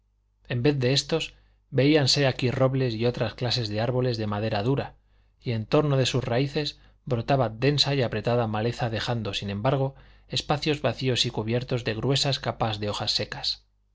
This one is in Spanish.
en vez de éstos veíanse aquí robles y otras clases de árboles de madera dura y en torno de sus raíces brotaba densa y apretada maleza dejando sin embargo espacios vacíos y cubiertos de gruesas capas de hojas secas